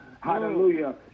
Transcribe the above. Hallelujah